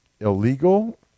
illegal